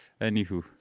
Anywho